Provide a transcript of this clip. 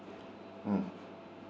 mm